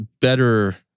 better